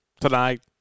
tonight